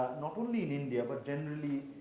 not only in india, but generally,